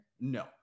No